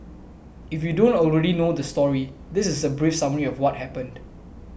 if you don't already know the story this is a brief summary of what happened